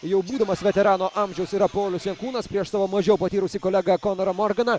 jau būdamas veterano amžiaus yra paulius jankūnas prieš savo mažiau patyrusį kolegą konorą morganą